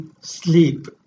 sleep